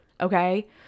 Okay